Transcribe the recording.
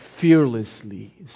fearlessly